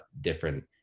different